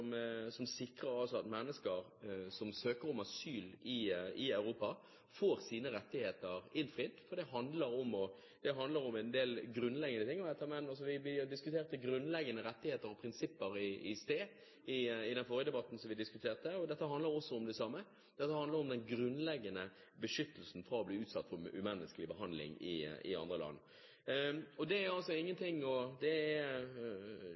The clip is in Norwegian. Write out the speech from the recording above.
som sikrer at mennesker som søker om asyl i Europa, får sine rettigheter innfridd, for det handler om en del grunnleggende ting. Vi diskuterte grunnleggende rettigheter og prinsipper i sted, i den forrige debatten vi hadde. Dette handler også om det samme. Det handler om den grunnleggende beskyttelsen mot å bli utsatt for umenneskelig behandling i andre land. Jeg skjønner godt den bekymringen som Kristelig Folkeparti har når det gjelder det at en del omtaler det å søke om asyl i Norge eller i andre land i Europa som nærmest kriminelt. Det er